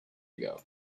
ago